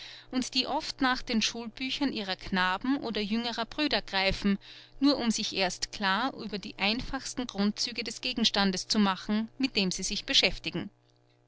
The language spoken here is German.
und die oft nach den schulbüchern ihrer knaben oder jüngeren brüder greifen nur um sich erst klar über die einfachsten grundzüge des gegenstandes zu machen mit dem sie sich beschäftigen